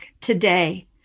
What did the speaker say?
today